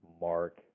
Mark